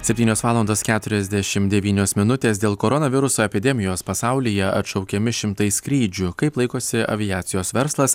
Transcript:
septynios valandos keturiasdešim devynios minutės dėl koronaviruso epidemijos pasaulyje atšaukiami šimtai skrydžių kaip laikosi aviacijos verslas